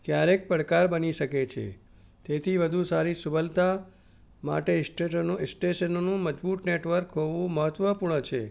ક્યારેક પડકાર બની શકે છે તેથી વધુ સારી સુવલતા માટે સ્ટેશનનું મજબૂત નેટવર્ક હોવું મહત્ત્વપૂર્ણ છે